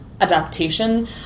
Adaptation